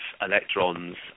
electrons